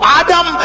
adam